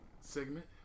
segment